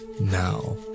now